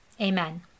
Amen